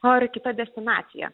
or kita destinacija